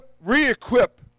re-equip